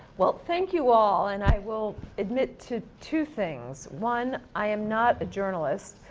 well, thank you all and i will admit to two things. one, i am not a journalist.